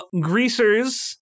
Greasers